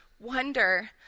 wonder